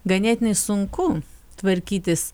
ganėtinai sunku tvarkytis